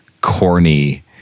corny